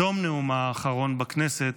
בתום נאומה האחרון בכנסת,